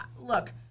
look